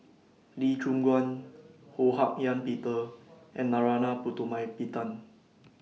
Lee Choon Guan Ho Hak Ean Peter and Narana Putumaippittan